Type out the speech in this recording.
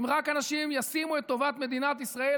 אם רק אנשים ישימו את טובת מדינת ישראל